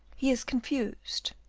he is confused.